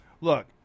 Look